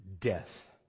death